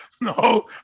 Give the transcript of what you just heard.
no